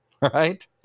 right